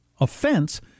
offense